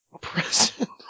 Present